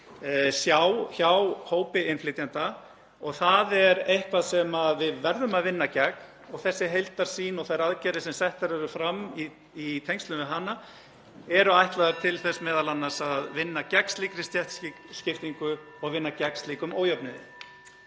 sjá hjá hópi innflytjenda. Það er eitthvað sem við verðum að vinna gegn. Þessi heildarsýn og þær aðgerðir sem settar eru fram í tengslum við hana eru ætlaðar til þess (Forseti hringir.) m.a. að vinna gegn slíkri stéttskiptingu og vinna gegn slíkum ójöfnuði.